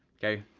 okay?